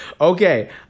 Okay